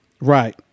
Right